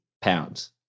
pounds